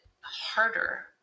harder